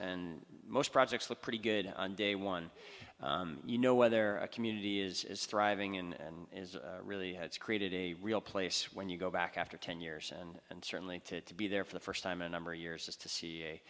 and most projects look pretty good on day one you know whether a community is thriving in really has created a real place when you go back after ten years and certainly to be there for the first time a number of years just to see a